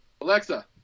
Alexa